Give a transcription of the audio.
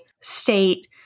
state